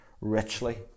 richly